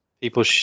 people